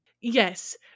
Yes